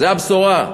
זה הבשורה.